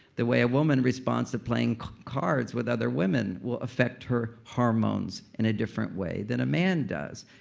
the way a woman responds to playing cards with other women will affect her hormones in a different way than a man does.